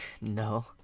No